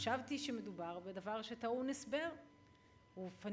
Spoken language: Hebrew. חשבתי שמדובר בדבר שטעון הסבר ופניתי